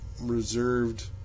reserved